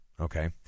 okay